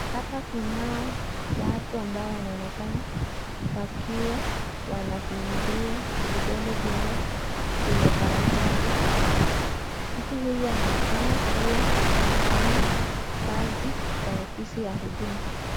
Hapa kunao watu ambao wanaonekana wakiwa wanafinyiliwa vidole vyao kwenye karatasi hapa . Mtu huyu anaonekana kuwa anafanya kazi kwa ofisi ya huduma .